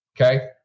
Okay